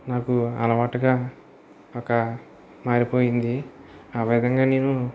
నాకు అలవాటుగా ఒక మారిపోయింది ఆ విధంగా నేను